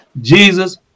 Jesus